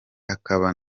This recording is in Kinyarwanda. akaba